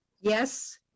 Yes